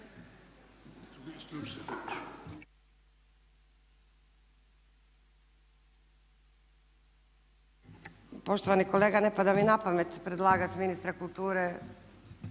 Poštovani kolega ne pada mi na pamet predlagati ministra kulture